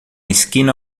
esquina